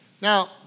Now